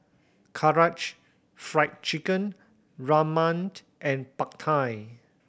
Karaage Fried Chicken and Pad Thai